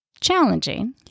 challenging